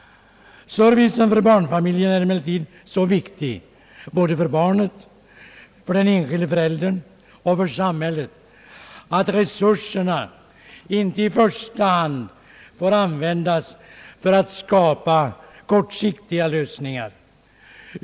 Servicen för barnfamiljerna är emellertid så viktig både för barnen, för de enskilda föräldrarna och för samhället, att resurserna i första hand får användas för att skapa kortsiktiga lösning ar.